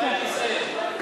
לשם שמים.